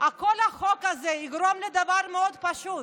יש דבר מאוד פשוט,